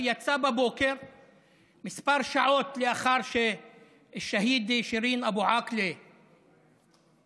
שיצא בבוקר כמה שעות לאחר שהשהידה שירין אבו עאקלה נורתה